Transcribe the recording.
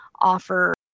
offer